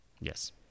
Yes